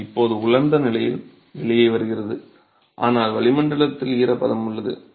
இது இப்போது உலர்ந்த நிலையில் வெளியே வருகிறது ஆனால் வளிமண்டலத்தில் ஈரப்பதம் உள்ளது